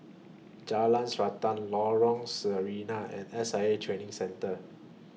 Jalan Srantan Lorong Sarina and S I A Training Centre